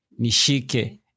Nishike